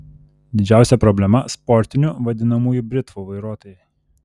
didžiausia problema sportinių vadinamųjų britvų vairuotojai